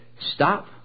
stop